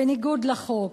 בניגוד לחוק,